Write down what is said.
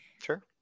sure